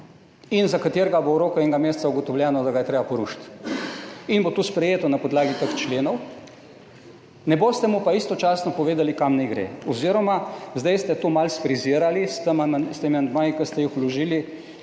in za katerega bo v roku enega meseca ugotovljeno, da ga je treba porušiti in bo to sprejeto na podlagi teh členov, ne boste mu pa istočasno povedali kam naj gre, oziroma zdaj ste to malo sfrizirali s temi amandmaji, ki ste jih vložili